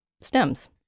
stems